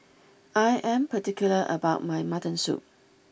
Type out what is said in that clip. I am particular about my Mutton Soup